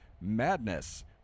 Madness